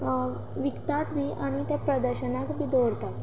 विकतात बी आनी त्या प्रदर्शनाक बी दवरतात